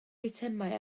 eitemau